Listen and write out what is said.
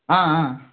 ஆ ஆ